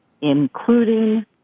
including